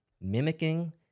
mimicking